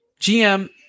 GM